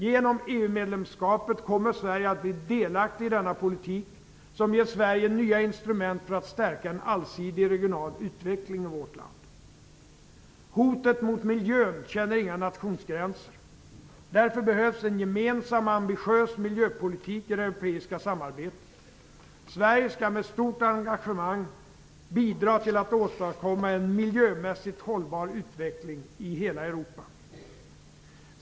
Genom EU medlemskapet kommer Sverige att bli delaktigt i denna politik, som ger Sverige nya instrument för att stärka en allsidig regional utveckling i vårt land. Hoten mot miljön känner inga nationsgränser. Därför behövs en gemensam och ambitiös miljöpolitik i det europeiska samarbetet. Sverige skall med stort engagemang bidra till att åstadkomma en miljömässigt hållbar utveckling i hela Europa.